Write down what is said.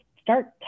start